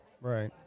right